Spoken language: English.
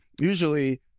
usually